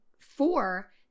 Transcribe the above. four